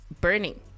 Burning